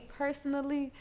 personally